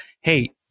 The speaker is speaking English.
hey